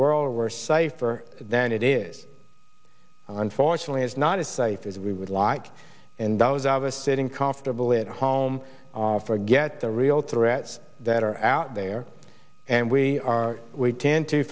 world were safer than it is unfortunately it's not as safe as we would like and those of us sitting comfortably at home forget the real threats that are out there and we are we can to